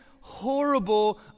horrible